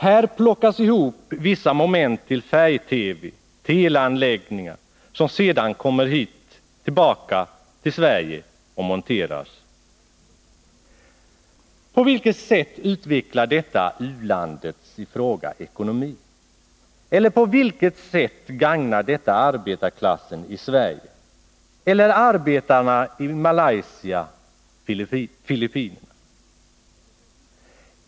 Här plockas ihop vissa moment till färg-TV eller teleanläggningar som sedan kommer tillbaka hit till Sverige och monteras. På vilket sätt utvecklar detta u-landets ekonomi? På vilket sätt gagnar detta arbetarklassen i Sverige eller arbetarna i Malaysia eller på Filippinerna?